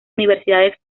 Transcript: universidades